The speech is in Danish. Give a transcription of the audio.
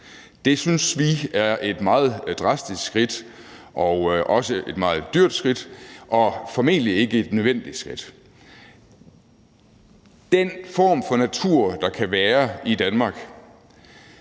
Det synes vi er et meget drastisk skridt og også et meget dyrt skridt og formentlig ikke et nødvendigt skridt. Den form for natur, der kan være i Danmark,